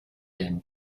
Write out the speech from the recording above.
him